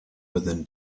within